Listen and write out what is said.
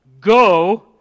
Go